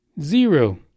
Zero